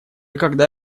когда